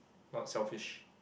not selfish